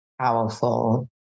powerful